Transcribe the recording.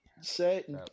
say